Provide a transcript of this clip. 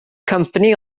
company